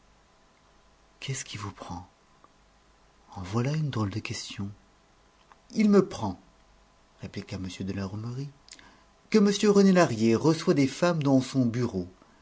qu'est-ce qui vous prend en voilà une drôle de question il me prend répliqua m de la hourmerie que m rené lahrier reçoit des femmes dans son bureau